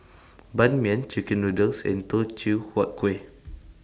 Ban Mian Chicken Noodles and Teochew Huat Kueh